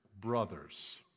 brothers